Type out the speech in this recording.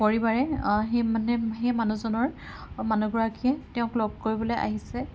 পৰিবাৰে সেই মানে সেই মানুহজনৰ মানুহগৰাকীয়ে তেওঁক লগ কৰিবলে আহিছে